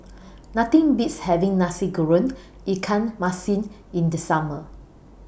Nothing Beats having Nasi Goreng Ikan Masin in The Summer